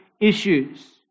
issues